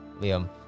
Liam